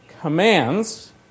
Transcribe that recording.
commands